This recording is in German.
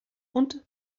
und